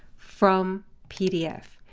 from pdf.